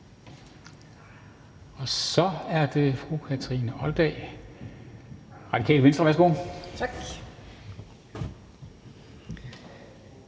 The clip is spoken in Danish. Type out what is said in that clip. Så er det fru Kathrine Olldag, Radikale Venstre. Værsgo. Kl.